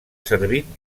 servit